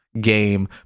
game